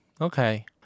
okay